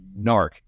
narc